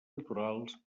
naturals